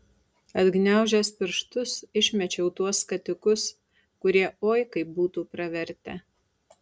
atgniaužęs pirštus išmečiau tuos skatikus kurie oi kaip būtų pravertę